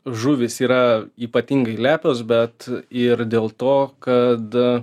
žuvys yra ypatingai lepios bet ir dėl to kad